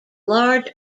large